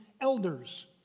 elders